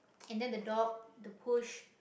and then the dog the push